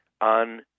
on